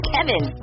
Kevin